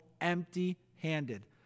empty-handed